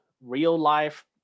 real-life